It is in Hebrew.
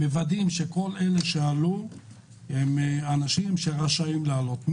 מוודאים שכל מי שעלה זה אנשים שרשאים לעלות.